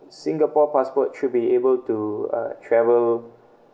singapore passport should be able to uh travel